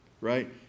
right